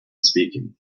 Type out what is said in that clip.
speaking